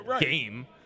game